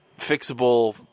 fixable